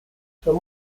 som